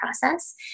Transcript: process